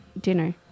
dinner